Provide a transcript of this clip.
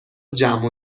جمع